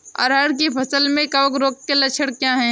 अरहर की फसल में कवक रोग के लक्षण क्या है?